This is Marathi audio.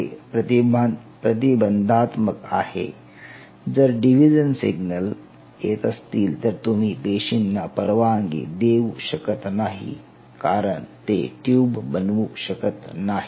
हे प्रतिबंधात्मक आहे जर डिव्हिजन सिग्नल येत असतील तर तुम्ही पेशींना परवानगी देऊ शकत नाही कारण ते ट्यूब बनवू शकत नाही